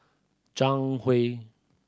Zhang Hui